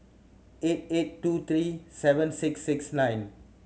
eight eight two three seven six six nine